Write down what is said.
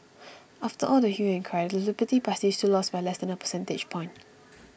after all the hue and cry the liberal party still lost by less than a percentage point